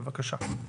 בבקשה.